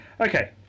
okay